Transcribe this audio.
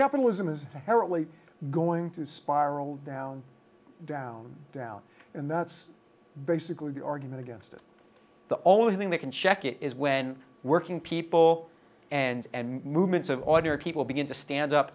capitalism is terribly going to spiral down down down and that's basically the argument against it the only thing that can check it is when working people and movements of auditor people begin to stand up